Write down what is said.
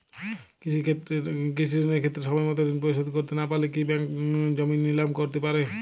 কৃষিঋণের ক্ষেত্রে সময়মত ঋণ পরিশোধ করতে না পারলে কি ব্যাঙ্ক জমি নিলাম করতে পারে?